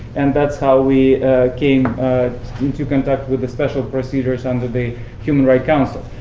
and that's how we came into contact with the special procedures under the human rights council.